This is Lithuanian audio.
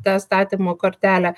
tą statymo kortelę